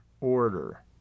order